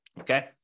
okay